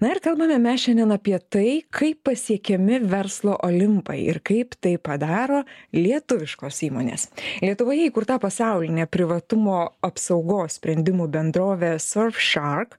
na ir kalbame mes šiandien apie tai kaip pasiekiami verslo olimpai ir kaip tai padaro lietuviškos įmonės lietuvoje įkurta pasaulinė privatumo apsaugos sprendimų bendrovė surfshark